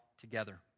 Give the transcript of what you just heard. together